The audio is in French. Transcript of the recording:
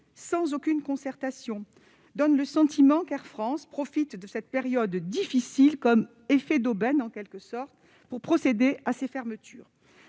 sans aucune concertation, donne le sentiment qu'Air France profite de cette période difficile, qui serait un effet d'aubaine en quelque sorte, pour procéder à des fermetures,